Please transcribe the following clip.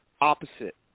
opposite